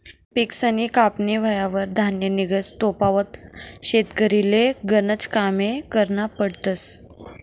पिकसनी कापनी व्हवावर धान्य निंघस तोपावत शेतकरीले गनज कामे करना पडतस